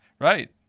Right